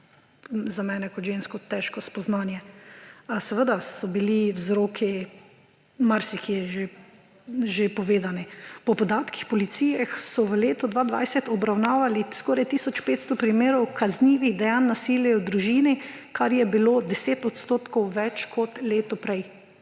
za mene kot žensko težko spoznanje. Seveda so bili vzroki marsikje že povedani. Po podatkih policije so v letu 2020 obravnavali skoraj tisoč 500 primerov kaznivih dejanj nasilje v družini, kar je bilo 10 odstotkov več kot leto prej.